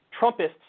Trumpists